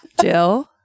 Jill